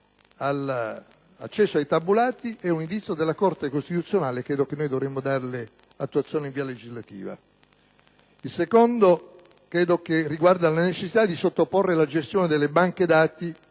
Il secondo riguarda la necessità di sottoporre la gestione di banche dati